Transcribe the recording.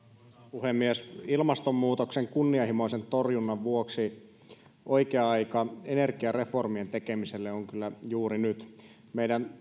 puhemies ilmastonmuutoksen kunnianhimoisen torjunnan vuoksi oikea aika energiareformien tekemiselle on kyllä juuri nyt meidän